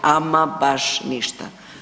Ama baš ništa.